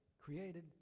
created